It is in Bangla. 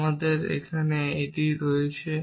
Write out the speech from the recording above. কারণ আমাদের এখানে এটিই রয়েছে